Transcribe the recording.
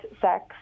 sex